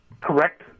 correct